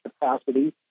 capacity